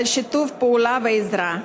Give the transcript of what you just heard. על שיתוף הפעולה והעזרה.